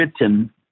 written